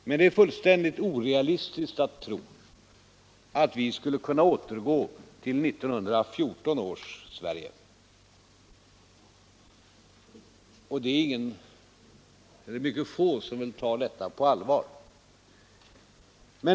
Men det är fullständigt orealistiskt att tro att vi skulle kunna återgå till 1914 års Sverige, och det är väl mycket få som tar detta på allvar.